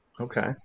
Okay